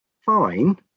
Fine